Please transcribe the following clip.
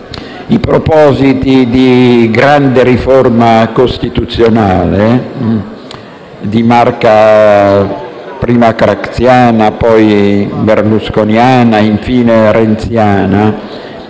i propositi di grande riforma costituzionale di marca prima craxiana, poi berlusconiana e, infine, renziana